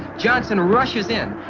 johnson rushes in,